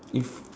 if